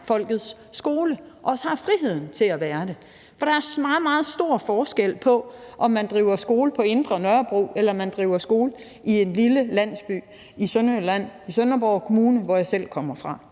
er folkets skole og også har friheden til at være det. For der er meget, meget stor forskel på, om man driver skole på indre Nørrebro, eller om man driver skole i en lille landsby i Sønderjylland i Sønderborg Kommune, hvor jeg selv kommer fra.